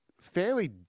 fairly